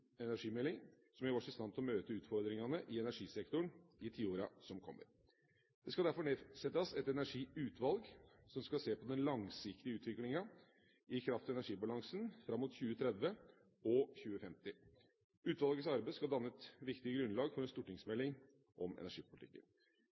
energimelding som gjør oss i stand til å møte utfordringene i energisektoren i tiåra som kommer. Det skal derfor nedsettes et energiutvalg som skal se på den langsiktige utviklingen i kraft- og energibalansen fram mot 2030 og 2050. Utvalgets arbeid skal danne et viktig grunnlag for